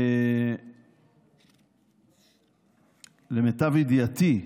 למיטב ידיעתי,